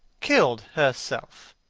killed herself!